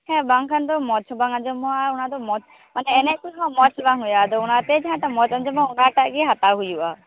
ᱦᱮᱸ ᱵᱟᱝᱠᱷᱟᱱ ᱫᱚ ᱢᱚᱡᱽ ᱦᱚᱸ ᱵᱟᱝ ᱟᱸᱡᱚᱢᱚᱜᱼᱟ ᱚᱱᱟᱫᱚ ᱢᱚᱡᱽ ᱢᱟᱱᱮ ᱮᱱᱮᱡ ᱠᱚ ᱦᱚᱸ ᱢᱚᱡᱽ ᱵᱟᱝ ᱦᱩᱭᱩᱜᱼᱟ ᱟᱫᱚ ᱚᱱᱟᱛᱮ ᱡᱟᱦᱟᱸ ᱴᱟᱜ ᱢᱚᱡᱽ ᱟᱸᱡᱚᱢᱚᱜᱼᱟ ᱚᱱᱟ ᱴᱟᱜ ᱜᱮ ᱦᱟᱛᱟᱣ ᱦᱩᱭᱩᱜᱼᱟ